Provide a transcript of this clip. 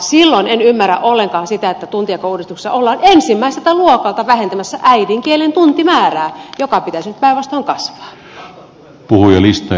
silloin en ymmärrä ollenkaan sitä että tuntijakouudistuksessa ollaan ensimmäiseltä luokalta vähentämässä äidinkielen tuntimäärää jonka pitäisi nyt päinvastoin kasvaa